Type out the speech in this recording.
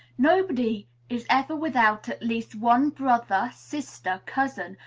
nobody is ever without at least one brother, sister, cousin,